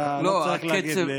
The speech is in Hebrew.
אתה לא צריך להגיד לי.